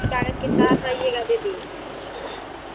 कागज़ के साथ आइएगा दीदी